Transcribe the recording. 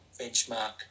benchmark